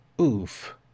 Oof